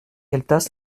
gueltas